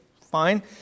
fine